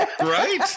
Right